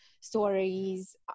stories